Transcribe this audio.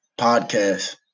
podcast